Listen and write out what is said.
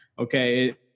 Okay